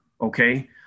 okay